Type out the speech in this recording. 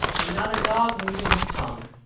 and not a dog moving his tongue.